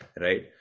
right